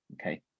okay